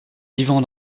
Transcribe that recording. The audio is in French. vivant